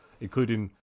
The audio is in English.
including